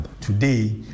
Today